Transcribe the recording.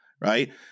Right